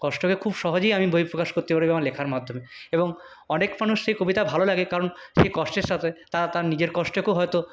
কষ্টকে খুব সহজেই আমি বহিঃপ্রকাশ করতে পারি আমার লেখার মাধ্যমে এবং অনেক মানুষ সেই কবিতা ভালো লাগে কারণ সেই কষ্টের সাথে তারা তার নিজের কষ্টকেও হয়তো